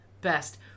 best